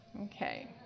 Okay